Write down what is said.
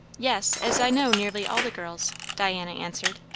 yes as i know nearly all the girls, diana answered.